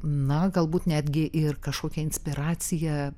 na galbūt netgi ir kažkokia inspiracija